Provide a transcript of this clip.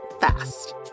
fast